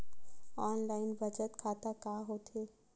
Online बचत खाता का होथे?